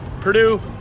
Purdue